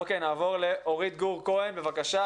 נעבור לאורית גור כהן, בבקשה.